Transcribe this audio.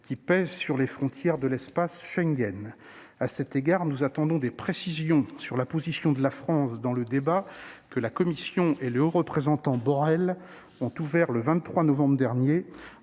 qui pèsent sur les frontières de l'espace Schengen. À cet égard, nous attendons des précisions sur la position de la France dans le débat que la Commission et le haut représentant Borrell ont ouvert, le 23 novembre dernier,